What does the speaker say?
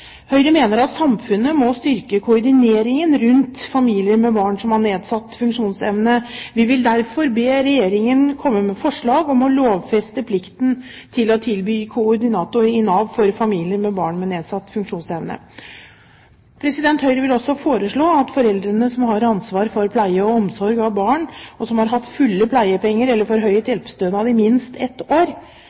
Høyre mener at samfunnet må styrke koordineringen rundt familier med barn som har nedsatt funksjonsevne. Vi vil derfor be Regjeringen komme med forslag om å lovfeste plikten til å tilby koordinator i Nav for familier med barn med nedsatt funksjonsevne. Høyre vil også foreslå at foreldre som har ansvar for pleie og omsorg av barn, og som har hatt fulle pleiepenger eller forhøyet hjelpestønad i minst ett år,